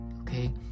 okay